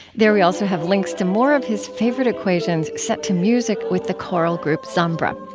there we also have links to more of his favorite equations set to music with the choral group zambra.